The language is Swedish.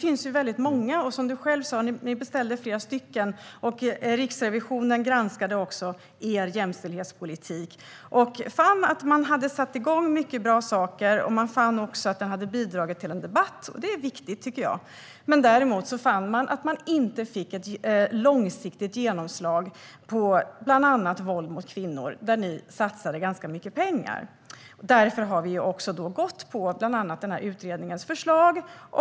Du sa själv att ni beställde en utredning. Riksrevisionen granskade också er jämställdhetspolitik och fann att ni hade satt igång många bra saker och att det hade bidragit till en debatt. Det är viktigt. De fann däremot att det inte blev något långsiktigt genomslag, bland annat när det gäller våld mot kvinnor. Ni satsade ganska mycket pengar på arbetet mot det. Därför har vi gått på bland annat utredningens förslag.